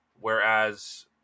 Whereas